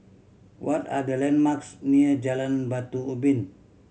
what are the landmarks near Jalan Batu Ubin